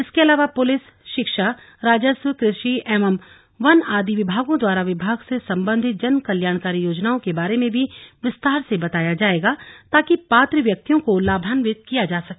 इसके अलावा पुलिस शिक्षा राजस्व कृषि एवं वन आदि विभागों द्वारा विभाग से सम्बन्धित जन कल्याणकारी योजनाओं के बारे में भी विस्तार से बताया जायेगा ताकि पात्र व्यक्तियों को लाभांवित किया जा सके